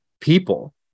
people